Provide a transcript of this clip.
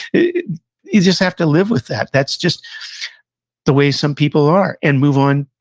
you just have to live with that. that's just the way some people are, and move on,